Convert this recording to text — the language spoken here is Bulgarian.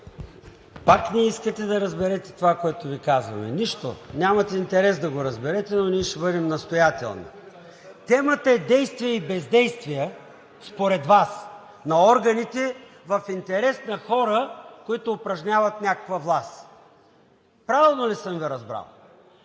Пак не искате да разберете това, което Ви казваме. Нищо! Нямате интерес да го разберете, но ние ще бъдем настоятелни. Темата е действия и бездействия според Вас на органите в интерес на хора, които упражняват някаква власт. Правилно ли съм Ви разбрал?